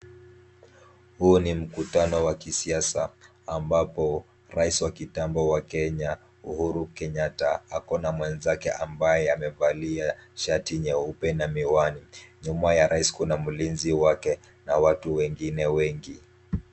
Huu ni mkutano wa kisiasa ambapo rais wa kitambo wa Kenya Uhuru Kenyatta ako na mwenzake ambaye amevalia shati nyeupe na miwani, nyuma ya rais kuna mlinzi wake na watu wengine wengi.